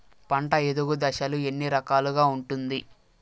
పంట ఎదుగు దశలు ఎన్ని రకాలుగా ఉంటుంది?